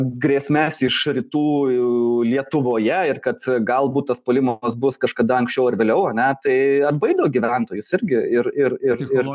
grėsmes iš rytų lietuvoje ir kad galbūt tas puolimas bus kažkada anksčiau ar vėliau ane tai atbaido gyventojus irgi ir ir ir ir